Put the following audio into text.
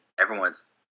everyone's